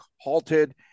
halted